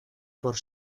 por